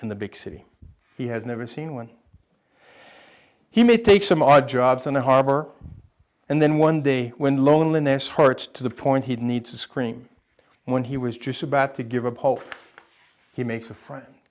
in the big city he has never seen one he may take some odd jobs on the harbor and then one day when loneliness hearts to the point he needs to scream when he was just about to give up hope he makes a friend